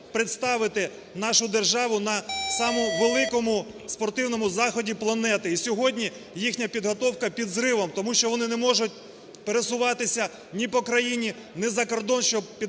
представити нашу державу на самому великому спортивному заході планети. І сьогодні їхня підготовка під зривом, тому що вони не можуть пересуватись ні по країні, не за кордон, щоб підготуватися